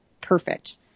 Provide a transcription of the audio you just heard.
perfect